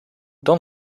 dan